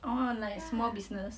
orh like small business